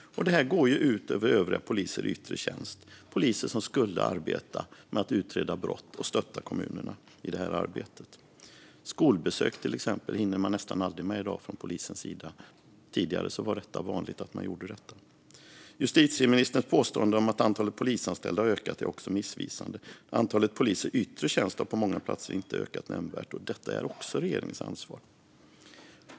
Detta går ut över övriga poliser i yttre tjänst - poliser som skulle arbeta med att utreda brott och stötta kommunerna i det här arbetet. Till exempel hinner man från polisens sida nästan aldrig med skolbesök i dag; tidigare var det vanligt att man gjorde detta. Justitieministerns påstående att antalet polisanställda har ökat är också missvisande. Antalet poliser i yttre tjänst har på många platser inte ökat nämnvärt. Även detta är regeringens ansvar.